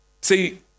See